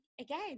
again